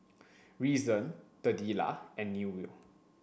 Reason Delilah and Newell